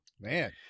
man